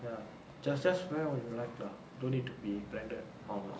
ya just just wear what you like lah don't need to be branded all lah